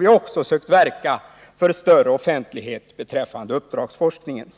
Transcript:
Vi har också sökt verka för större offentlighet beträffande uppdragsforskningen.